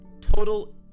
total